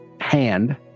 hand